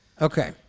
Okay